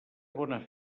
bona